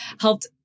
helped